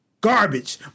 garbage